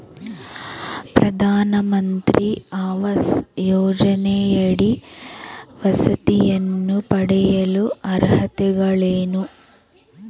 ಪ್ರಧಾನಮಂತ್ರಿ ಆವಾಸ್ ಯೋಜನೆಯಡಿ ವಸತಿಯನ್ನು ಪಡೆಯಲು ಅರ್ಹತೆಗಳೇನು?